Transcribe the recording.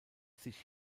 sich